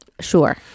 sure